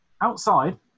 Outside